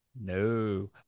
No